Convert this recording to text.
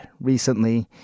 recently